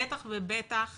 בטח ובטח